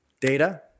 Data